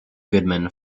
goodman